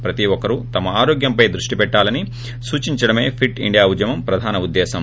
ప్రతీ ఒక్కరు తమ ఆరోగ్యంపై దృష్టి పెట్టాలని సూచించడమే ఫిట్ ఇండియా ప్రధాన ఉద్దేశ్వం